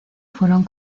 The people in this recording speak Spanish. fueron